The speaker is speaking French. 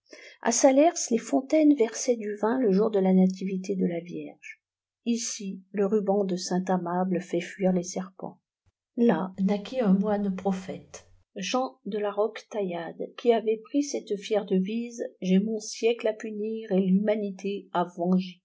a salers les fontaines versaient du vin le jour de la nativité de la vierge ici le ruban de saint amable fait fuir les serpents là naquit un moine prophète jean de la roquetaillade qui avait pris cette fière devise j'ai mon siècle à punir et l'humanité